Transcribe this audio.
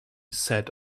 said